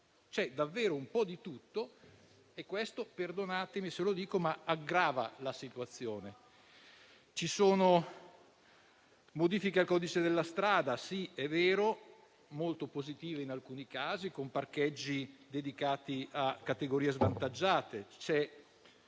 C'è davvero un po' di tutto e questo - perdonatemi se lo dico - aggrava la situazione. Ci sono modifiche al codice della strada, è vero, molto positive in alcuni casi, che prevedono parcheggi dedicati a categorie svantaggiate.